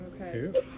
Okay